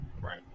Right